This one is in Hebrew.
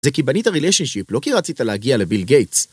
זה כי בנית רליישנשיפ, לא כי רצית להגיע לביל גייטס